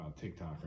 TikTok